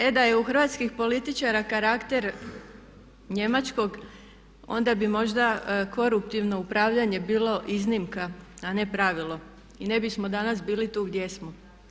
E da je u hrvatskih političara karakter njemačkog, onda bi možda koruptivno upravljanje bilo iznimka, a ne pravilo i ne bismo danas bili tu gdje jesmo.